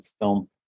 film